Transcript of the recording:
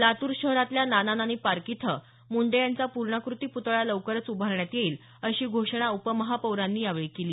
लातूर शहरातल्या नाना नानी पार्क इथं मुंडे यांचा पूर्णाकृती पुतळा लवकरच उभारण्यात येईल अशी घोषणा उपमहापौरांनी यावेळी केली